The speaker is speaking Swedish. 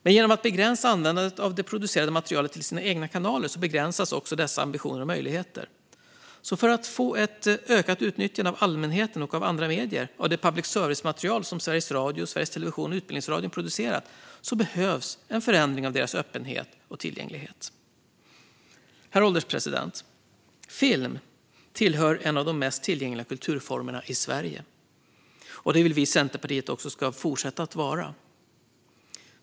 Men genom att användandet av det producerade materialet begränsas till de egna kanalerna begränsas också dessa ambitioner och möjligheter. För att få ett ökat utnyttjande från allmänheten och från andra medier av det public service-material som Sveriges Radio, Sveriges Television och Utbildningsradion producerar behövs en förändring av deras öppenhet och tillgänglighet. Herr ålderspresident! Film är en av de mest tillgängliga kulturformerna i Sverige, och så vill vi i Centerpartiet att det ska fortsätta att vara.